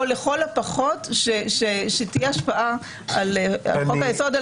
או לכל הפחות שתהיה השפעה על חוק-היסוד,